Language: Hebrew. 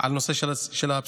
על הנושא של הפסיכומטרי.